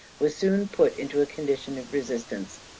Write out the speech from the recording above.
was soon put into a condition of resistance.